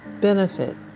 benefit